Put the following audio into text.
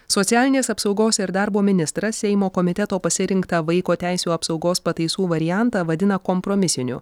socialinės apsaugos ir darbo ministras seimo komiteto pasirinktą vaiko teisių apsaugos pataisų variantą vadina kompromisiniu